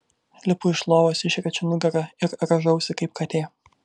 lipu iš lovos išriečiu nugarą ir rąžausi kaip katė